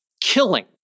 killing